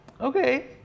Okay